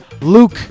Luke